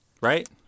Right